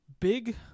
Big